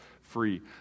free